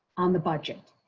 on the budget.